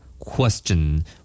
Question